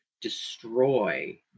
destroy